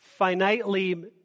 finitely